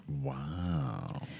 Wow